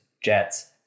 Jets